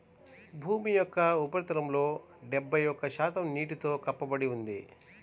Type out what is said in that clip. భూమి యొక్క ఉపరితలంలో డెబ్బై ఒక్క శాతం నీటితో కప్పబడి ఉంది